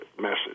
message